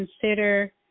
consider